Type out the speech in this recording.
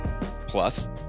Plus